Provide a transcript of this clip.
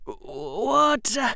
What